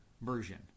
version